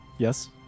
Yes